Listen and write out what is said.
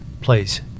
please